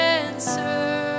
answer